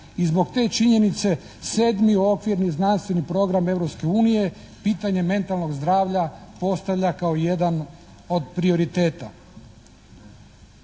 i zbog te činjenice 7. okvirni znanstveni program Europske unije, pitanje mentalnog zdravlja postavlja kao jedan od prioriteta.